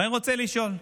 ואני רוצה לשאול,